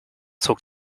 zog